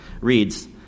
reads